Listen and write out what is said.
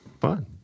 Fun